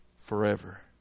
forever